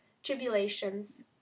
tribulations